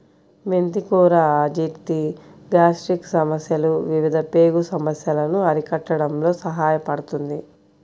మెంతి కూర అజీర్తి, గ్యాస్ట్రిక్ సమస్యలు, వివిధ పేగు సమస్యలను అరికట్టడంలో సహాయపడుతుంది